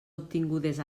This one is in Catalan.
obtingudes